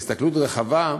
בהסתכלות רחבה,